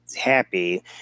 happy